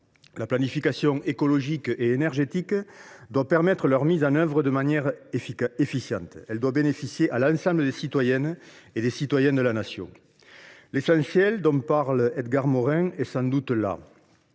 La planification écologique et énergétique doit permettre leur mise en œuvre de manière efficiente. Elle doit bénéficier à l’ensemble des citoyennes et des citoyens de la Nation. L’essentiel dont parle Edgar Morin est sans doute là,